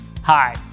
Hi